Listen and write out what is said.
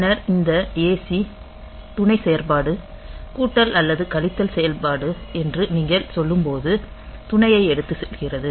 பின்னர் இந்த ac துணைச் செயற்பாடு கூட்டல் அல்லது கழித்தல் செயல்பாடு என்று நீங்கள் சொல்லும் போது துணையை எடுத்துச் செல்கிறது